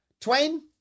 Twain